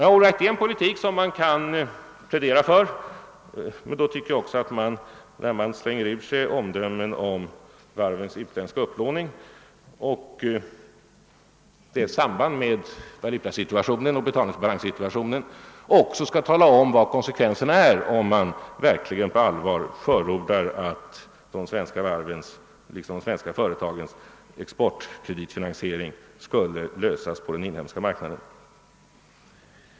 Då han behandlar varvens utländska upplåning och det samband denna har med valutasituationen och läget för vår utländska betalningsbalans borde han också tala om vad konsekvenserna blir om man verkligen på allvar förordar att de svenska varvens liksom de svenska företagens exportkreditfinansiering skulle lösas på den inhemska marknaden.